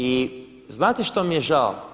I znate što mi je žao?